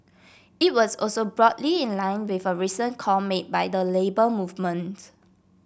it was also broadly in line with a recent call made by the Labour Movement